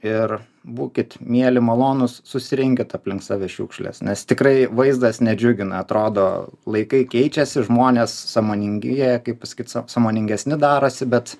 ir būkit mieli malonūs susirinkit aplink save šiukšles nes tikrai vaizdas nedžiugina atrodo laikai keičiasi žmonės sąmoningėja kaip pasakyt sąmoningesni darosi bet